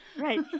Right